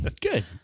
good